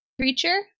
creature